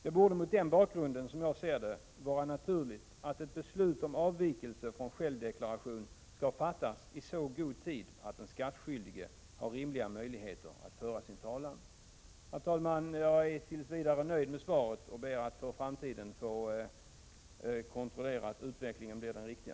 Det borde mot den bakgrunden vara naturligt att ett beslut om avvikelse från självdeklaration skall fattas i så god tid att den skattskyldige har rimliga möjligheter att föra sin talan. Herr talman! Jag är tills vidare nöjd med svaret och ber att för framtiden få kontrollera att utvecklingen blir den riktiga.